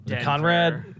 Conrad